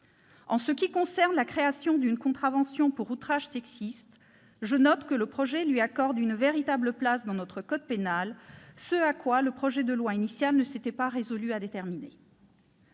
En ce qui concerne la création d'une contravention pour outrage sexiste, je note que le texte lui accorde une véritable place dans notre code pénal, ce que le projet de loi initial ne s'était pas résolu à déterminer.